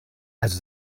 also